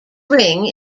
ring